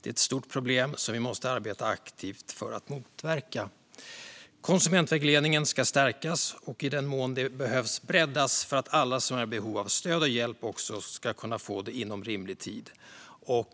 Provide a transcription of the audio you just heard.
Det är ett stort problem som vi måste arbeta aktivt för att motverka. Konsumentvägledningen ska stärkas och, i den mån det behövs, breddas för att alla som är i behov av stöd och hjälp också ska kunna få det inom rimlig tid.